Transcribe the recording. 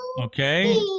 Okay